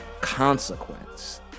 consequence